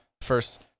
first